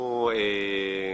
קודם כול,